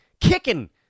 kicking